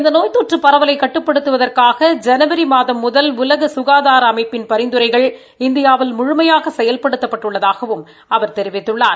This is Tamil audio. இந்த நோய் தொற்று பரவலை கட்டுப்படுத்துவதற்காக ஜனவரி மாதம் முதல் உலக சுகாதார அமைப்பின் பரிந்துரைகள் இந்தியாவில் முழுமையாக செயல்படுத்தப்பட்டுள்ளதாகவும் அவர் தெரிவித்துள்ளார்